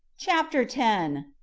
chapter ten.